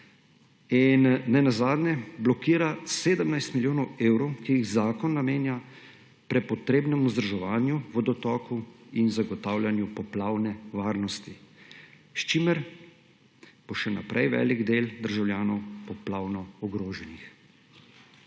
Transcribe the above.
In nenazadnje, blokira 17 milijonov evrov, ki jih zakon namenja prepotrebnemu vzdrževanju vodotokov in zagotavljanju poplavne varnosti, s čimer bo še naprej velik del državljanov poplavno ogroženih.